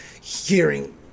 hearing